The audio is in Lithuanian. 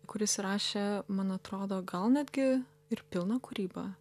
kuris įrašė man atrodo gal netgi ir pilną kūrybą